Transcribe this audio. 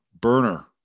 burner